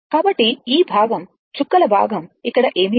కాబట్టి ఈ భాగం చుక్కల భాగం ఇక్కడ ఏమీ లేదు